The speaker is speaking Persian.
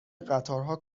قطارها